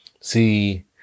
See